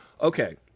Okay